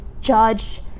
judge